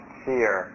fear